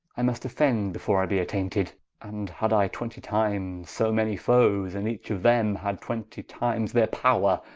i must offend, before i be attainted and had i twentie times so many foes, and each of them had twentie times their power,